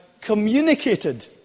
communicated